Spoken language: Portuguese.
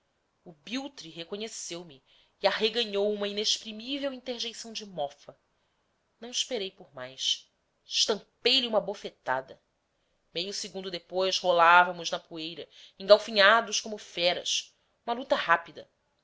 o biltre reconheceu-me e arreganhou uma inexprimível interjeição de mofa não esperei por mais estampei lhe uma bofetada meio segundo depois rolávamos na poeira engalfinhados como feras uma luta rápida